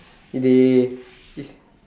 it is